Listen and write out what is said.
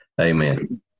Amen